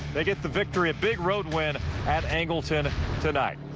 they get the victory. a big road win at angleton a. tonight.